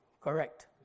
Correct